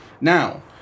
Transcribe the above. now